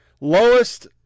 lowest